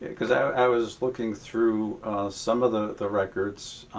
because i was looking through some of the the records,